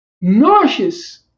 nauseous